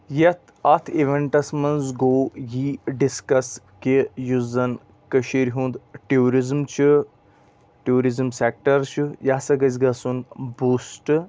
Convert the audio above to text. یَتھ اَتھ اِوینٛٹس منٛز گوٚو یی ڈِسکس کہِ یُس زَن کٔشیٖر ہُنٛد ٹیوٗزِزٕم چھُ ٹیوٗرِزٕم سیکٹر چھُ یہِ ہسا گژھِ گژھُن بوٗسٹ